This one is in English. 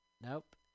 nope